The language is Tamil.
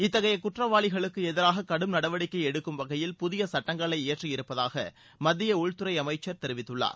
இத்தகைய குற்றவாளிகளுக்கு எதிராக கடும் நடவடிக்கை எடுக்கும் வகையில் புதிய சட்டங்களை இயற்றியிருப்பதாக மத்திய உள்துறை அமைச்சர் தெரிவித்துள்ளார்